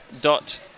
dot